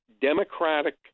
Democratic